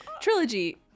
trilogy